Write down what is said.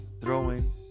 throwing